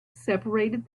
separated